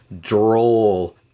Droll